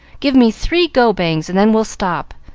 give me three go-bangs and then we'll stop.